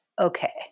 okay